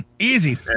Easy